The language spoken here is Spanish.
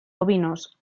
ovinos